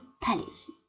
palace